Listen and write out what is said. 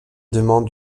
demande